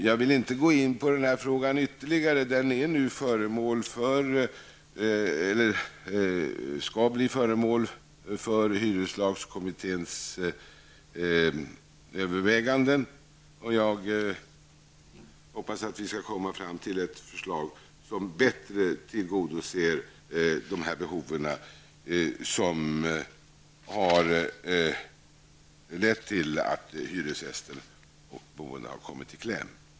Jag vill inte ytterligare gå in på den här frågan, eftersom den skall bli föremål för hyreslagskommitténs överväganden. Jag hoppas att vi skall komma fram till ett förslag som bättre tillgodoser de behov som har lett till att hyresgäster har kommit i kläm.